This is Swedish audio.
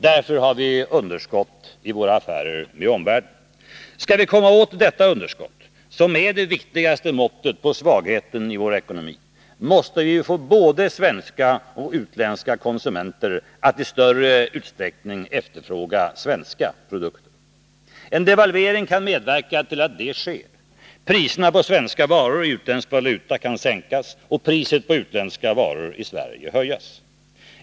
Därför har vi underskott i våra affärer med omvärlden. Skall vi komma åt detta underskott, som är det viktigaste måttet på svagheten i vår ekonomi, måste vi få både svenska och utländska konsumenter att i större utsträckning efterfråga svenska produkter. En devalvering kan medverka till att detta sker. Priserna på svenska varor i utländsk valuta kan sänkas och priset på utländska varor i Sverige höjas.